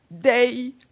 Day